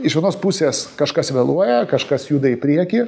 iš vienos pusės kažkas vėluoja kažkas juda į priekį